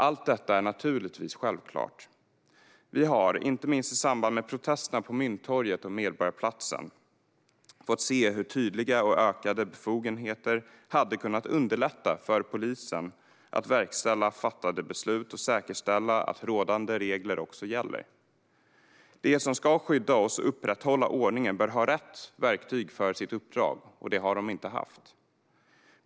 Allt detta är naturligtvis självklart. Vi har, inte minst i samband med protesterna på Mynttorget och Medborgarplatsen, fått se hur tydliga och ökade befogenheter hade kunnat underlätta för polisen att verkställa fattade beslut och säkerställa att rådande regler också gäller. De som ska skydda oss och upprätthålla ordningen bör ha rätt verktyg för sitt uppdrag, och det har de inte haft.